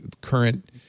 current